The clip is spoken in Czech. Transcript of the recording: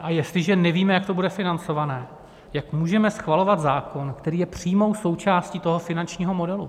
A jestliže nevíme, jak to bude financované, jak můžeme schvalovat zákon, který je přímou součástí toho finančního modelu?